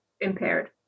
impaired